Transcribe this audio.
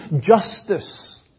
justice